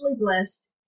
blessed